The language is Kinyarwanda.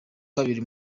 kabiri